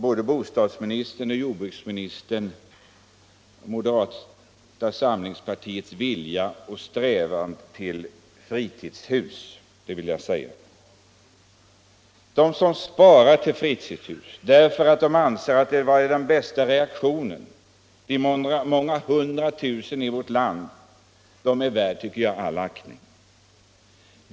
Både bostadsministern och jordbruksministern missuppfattar moderata samlingspartiets vilja och strävan till fritidshus. De många hundratusen i vårt land som sparar till fritidshus därför att de anser ett sådant ge de bästa möjligheterna till rekreation är värda all aktning.